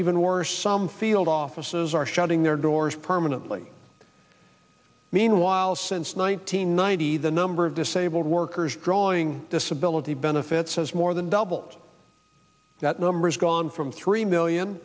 even or some field offices are shutting their doors permanently meanwhile since nine hundred ninety the number of disabled workers drawing disability benefits says more than double that number has gone from three million